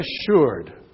assured